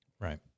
Right